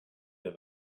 der